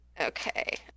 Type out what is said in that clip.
Okay